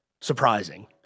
surprising